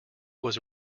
was